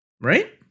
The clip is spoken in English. Right